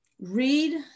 Read